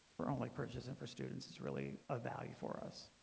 we're only purchasing for students is really a value for us